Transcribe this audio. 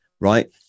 right